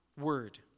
word